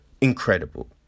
incredible